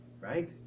right